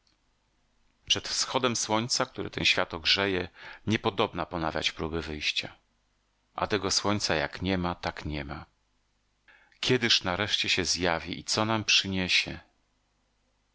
przed wschodem słońca które ten świat ogrzeje niepodobna ponawiać próby wyjścia a tego słońca jak niema tak niema kiedyż nareszcie się zjawi i co nam przyniesie